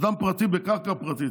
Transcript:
אדם פרטי בקרקע פרטית,